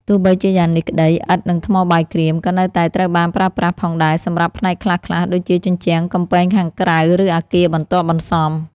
ទោះបីជាយ៉ាងនេះក្តី ឥដ្ឋ និងថ្មបាយក្រៀម ក៏នៅតែត្រូវបានប្រើប្រាស់ផងដែរសម្រាប់ផ្នែកខ្លះៗដូចជាជញ្ជាំងកំពែងខាងក្រៅ ឬអគារបន្ទាប់បន្សំ។